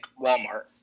Walmart